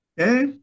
Okay